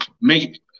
make